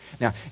Now